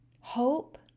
hope